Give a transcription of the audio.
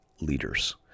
leaders